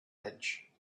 edge